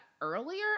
earlier